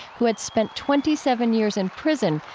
who had spent twenty seven years in prison,